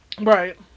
Right